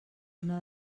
una